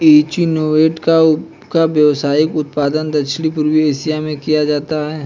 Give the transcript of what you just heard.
echinoderm का व्यावसायिक उत्पादन दक्षिण पूर्व एशिया में किया जाता है